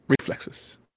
Reflexes